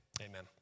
amen